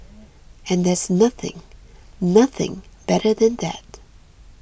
and there's nothing nothing better than that